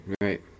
Right